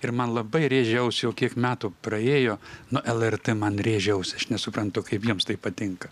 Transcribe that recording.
ir man labai rėžia ausį jau kiek metų praėjo nu lrt man rėžia ausį aš nesuprantu kaip jiems tai patinka